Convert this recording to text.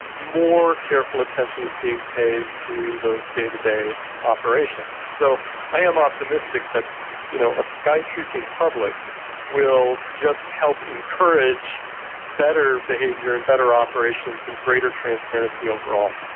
more careful attention is being paid to those day-to-day operations. so i am optimistic that you know a skytruthing public will just help encourage better behaviour and better operations and greater transparency overall.